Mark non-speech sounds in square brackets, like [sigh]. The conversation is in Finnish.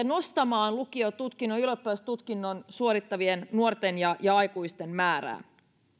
[unintelligible] nostamaan ylioppilastutkinnon suorittavien nuorten ja ja aikuisten määrää